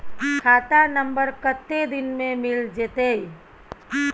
खाता नंबर कत्ते दिन मे मिल जेतै?